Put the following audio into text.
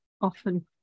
often